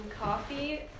coffee